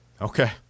okay